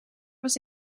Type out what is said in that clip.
was